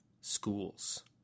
schools